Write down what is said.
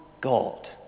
God